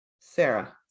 Sarah